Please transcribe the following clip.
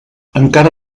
encara